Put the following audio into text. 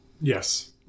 Yes